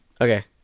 Okay